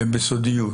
בסודיות.